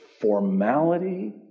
formality